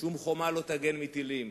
שום חומה לא תגן מטילים.